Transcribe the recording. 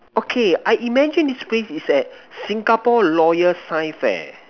okay I imagine this place is at Singapore lawyer science fair